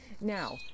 now